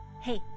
hey